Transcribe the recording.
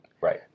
Right